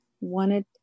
wanted